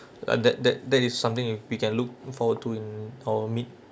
uh that that that is something you we can look forward to in our